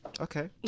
Okay